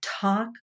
Talk